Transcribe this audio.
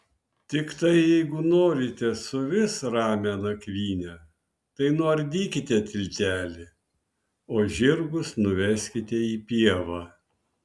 tiktai jeigu norite suvis ramią nakvynę tai nuardykite tiltelį o žirgus nuveskite į pievą